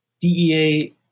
DEA